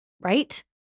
right